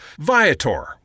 Viator